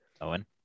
Owen